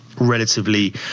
relatively